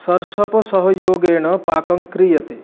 शर्शपसहयोगेन पाकं क्रियते